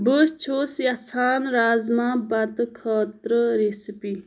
بہٕ چھس یژھان رازما بَتہٕ خٲطرٕ ریسِپی